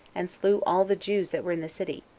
and slew all the jews that were in the city,